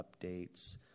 updates